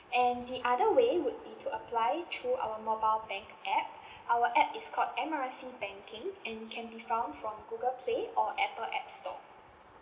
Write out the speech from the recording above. and the other way would be to apply through our mobile bank app our app is called M R C banking and can be found from google play or apple app store